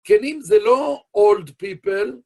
כן אם זה לא old people